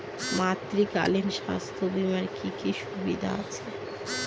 মাতৃত্বকালীন স্বাস্থ্য বীমার কি কি সুবিধে আছে?